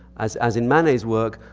as as in manet's work,